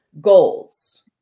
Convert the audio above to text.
goals